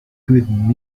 good